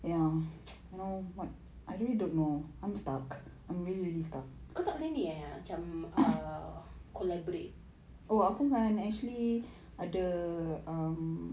kau takleh ni eh macam err collaborate